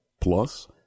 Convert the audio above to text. Plus